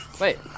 Wait